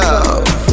Love